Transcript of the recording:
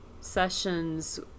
sessions